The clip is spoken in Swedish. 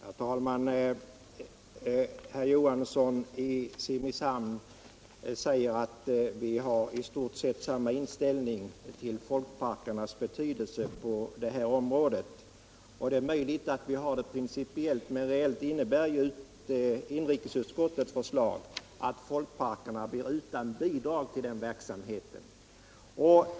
arbetsförmedlingen, Herr talman! Herr Johansson i Simrishamn säger att vi har i stort — mi. m. sett samma inställning till folkparkernas betydelse på det här området. Det är möjligt att vi har det principiellt, men reellt innebär inrikesutskottets förslag att folkparkerna blir utan bidrag till den verksamheten.